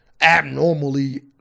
abnormally